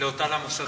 לאותם מוסדות.